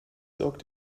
sorgt